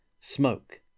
Smoke